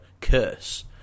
curse